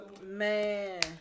Man